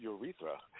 urethra